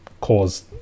caused